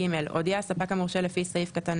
(ג) הודיע הספק המורשה לפי סעיף קטן